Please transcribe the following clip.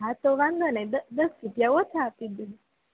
હા તો વાંધો નહીં દસ રૂપિયા ઓછા આપી દેજો